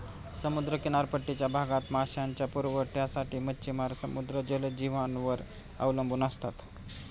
समुद्र किनारपट्टीच्या भागात मांसाच्या पुरवठ्यासाठी मच्छिमार समुद्री जलजीवांवर अवलंबून असतात